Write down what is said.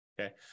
Okay